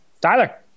Tyler